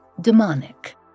demonic